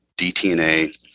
DTNA